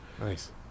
Nice